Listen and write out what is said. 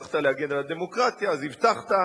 הבטחת להגן על הדמוקרטיה, אז הבטחת.